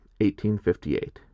1858